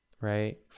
right